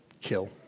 kill